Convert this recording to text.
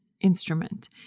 instrument